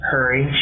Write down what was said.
Hurry